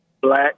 black